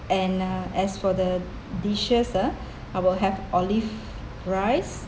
and uh as for the dishes ah I will have olive rice